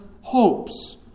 hopes